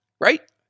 right